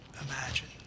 imagine